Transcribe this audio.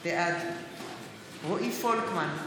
בעד רועי פולקמן,